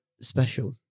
special